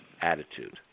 attitude